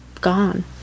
gone